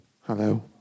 Hello